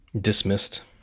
dismissed